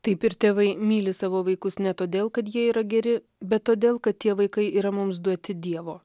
taip ir tėvai myli savo vaikus ne todėl kad jie yra geri bet todėl kad tie vaikai yra mums duoti dievo